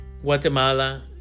Guatemala